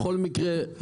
בכל מקרה,